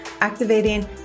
activating